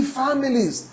families